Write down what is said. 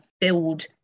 build